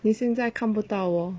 你现在看不到我